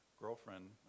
girlfriend